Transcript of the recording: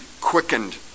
quickened